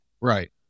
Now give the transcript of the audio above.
Right